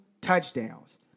touchdowns